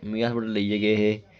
मिगी हास्पिटल लेइयै गे हे